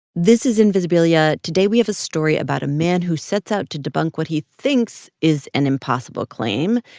this is invisibilia. today, we have a story about a man who sets out to debunk what he thinks is an impossible claim.